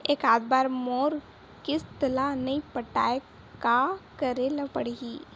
एकात बार मोर किस्त ला नई पटाय का करे ला पड़ही?